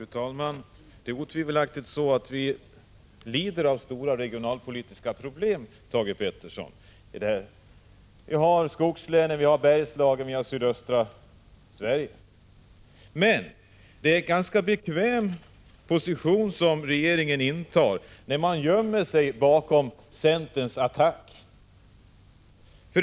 Fru talman! Det är otvivelaktigt så att vi lider av stora regionalpolitiska problem, Thage Peterson. Vi har problem i skogslänen, Bergslagen, sydöstra Sverige. Men det är en ganska bekväm position som regeringen intar, när den gömmer sig bakom centerns attack.